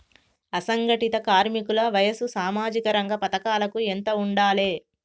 అసంఘటిత కార్మికుల వయసు సామాజిక రంగ పథకాలకు ఎంత ఉండాలే?